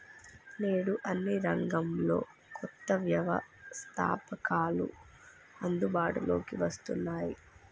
నేడు అన్ని రంగాల్లో కొత్త వ్యవస్తాపకతలు అందుబాటులోకి వస్తున్నాయి